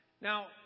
Now